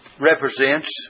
represents